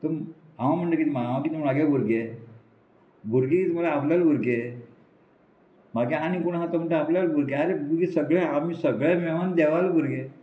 हांव म्हणटा कितें हांव कितें म्हूण म्हागे भुरगे भुरगे म्हळ्यार आपल्याले भुरगे मागे आनी कोण आहा तो म्हणटा आपल्याले भुरगे आरे भुरगे सगळे आमी सगळे मेहमान देवले भुरगे